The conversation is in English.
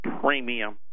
premium